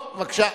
טוב, בבקשה.